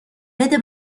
بده